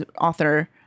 author